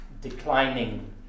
declining